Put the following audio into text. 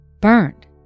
burned